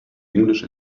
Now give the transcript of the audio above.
english